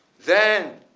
then